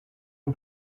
you